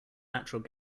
natural